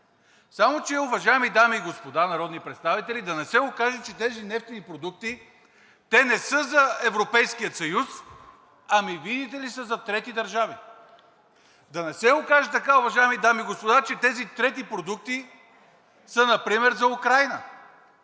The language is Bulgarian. Само че, уважаеми дами и господа народни представители, да не се окаже, че тези нефтени продукти не са за Европейския съюз, ами, видите ли, са за трети държави?! Да не се окаже така, уважаеми дами и господа, че тези трети продукти са например за Украйна